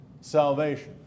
salvation